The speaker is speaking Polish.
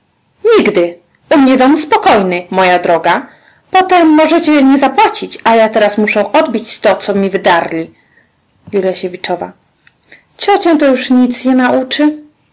nigdy u mnie dom spokojny moja droga potem możecie niezapłacić a ja teraz muszę odbić to co mi wydarli ciocię to nic już nie nauczy